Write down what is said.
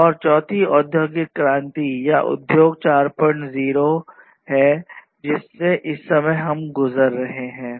और यह चौथी औद्योगिक क्रांति या उद्योग 40 है जिससे हम इस समय गुजर रहे हैं